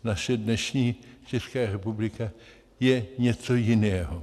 Naše dnešní Česká republika je něco jiného.